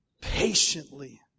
patiently